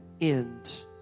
end